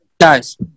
Guys